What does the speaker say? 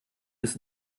bis